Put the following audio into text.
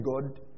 God